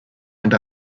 and